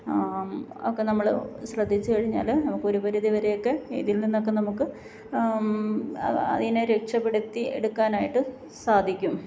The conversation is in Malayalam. ഒക്കെ നമ്മൾ ശ്രദ്ധിച്ചു കഴിഞ്ഞാൽ നമുക്ക് ഒരു പരിധി വരെയൊക്കെ ഇതിൽ നിന്നൊക്കെ നമുക്ക് അ അതിനെ രക്ഷപെടുത്തി എടുക്കാനായിട്ട് സാധിക്കും